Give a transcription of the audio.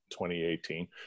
2018